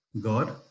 God